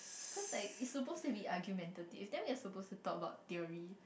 cause like it's suppose to be argumentative then we are suppose to talk about theory